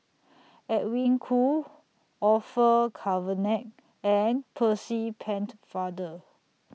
Edwin Koo Orfeur Cavenagh and Percy pent Father